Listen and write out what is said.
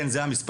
כן, זה המספר.